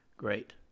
Great